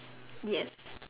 yes